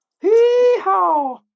Hee-haw